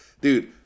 dude